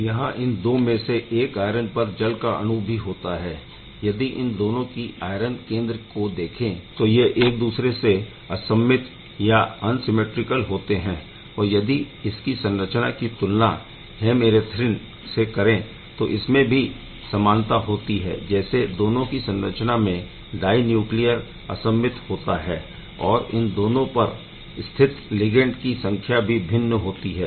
यहाँ इन दो में से एक आयरन पर जल का अणु भी होता है यदि इन दोनों ही आयरन केंद्र को देखें तो यह एक दूसरे से असममित होते है और यदि इसकी संरचना की तुलना हेमइरैथ्रिन से करें तो इनमें भी समानता होती है जैसे दोनों की संरचना में डाय न्यूक्लियर असममित होता है और इन दोनों पर स्थित लिगैण्ड की संख्या भी भिन्न होती हैं